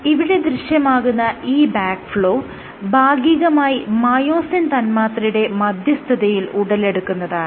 ഇവിടെ ദൃശ്യമാകുന്ന ഈ ബാക്ക് ഫ്ലോ ഭാഗികമായി മയോസിൻ തന്മാത്രയുടെ മധ്യസ്ഥതയിൽ ഉടലെടുക്കുന്നതാണ്